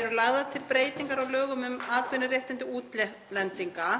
eru lagðar til breytingar á lögum um atvinnuréttindi útlendinga,